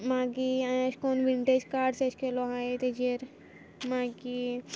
मागी हांयें एशें कोन्न बीन तेजे कार्ड्स एशें केलो आहाय तेजेर मागीर